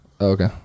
Okay